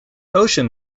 ocean